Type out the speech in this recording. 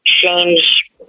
change